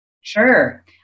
Sure